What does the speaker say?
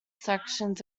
sections